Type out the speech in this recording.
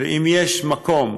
אם יש מקום